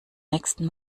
nächsten